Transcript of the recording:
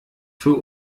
für